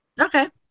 Okay